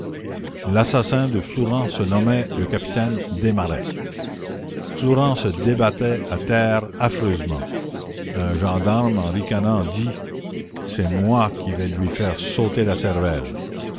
l'assassin de flourens se nommait le capitaine desmarets flourens se débattait à terre affreusement un gendarme en ricanant dit c'est moi qui vais lui faire sauter la cervelle